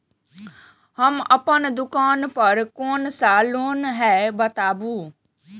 हम अपन दुकान पर कोन सा लोन हैं बताबू?